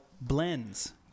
blends